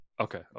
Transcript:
Okay